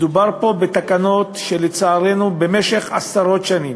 מדובר פה בתקנות שלצערנו במשך עשרות שנים